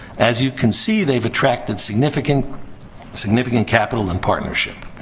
as you can see, they've attracted significant significant capital and partnership.